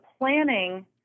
planning